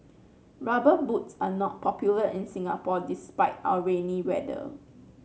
rubber boots are not popular in Singapore despite our rainy weather